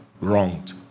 wronged